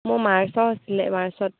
মোৰ মাৰ্চত হৈছিলে মাৰ্চত